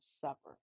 Supper